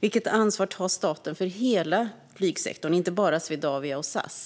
Vilket ansvar tar staten för hela flygsektorn, alltså inte bara Swedavia och SAS?